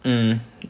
mm